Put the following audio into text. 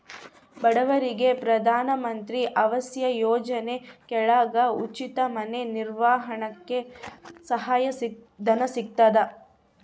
ಬಡವರಿಗೆ ಪ್ರಧಾನ ಮಂತ್ರಿ ಆವಾಸ್ ಯೋಜನೆ ಕೆಳಗ ಉಚಿತ ಮನೆ ನಿರ್ಮಾಣಕ್ಕೆ ಸಹಾಯ ಧನ ಸಿಗತದ